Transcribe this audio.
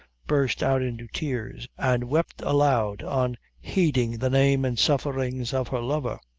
burst out into tears, and wept aloud on heading the name and sufferings of her lover.